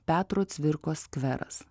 petro cvirkos skveras